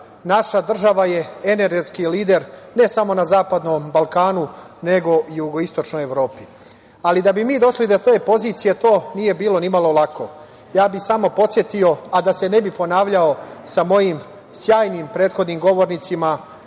naša država je energetski lider, ne samo na Zapadnom Balkanu, nego i u jugoistočnoj Evropi. Da bi mi došli do te pozicije, to nije bilo ni malo lako. Ja bih samo podsetio, a da se ne bih ponavljao sa mojim sjajnim prethodnim govornicima